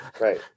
right